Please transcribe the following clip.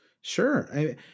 Sure